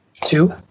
Two